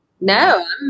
No